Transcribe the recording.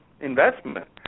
investment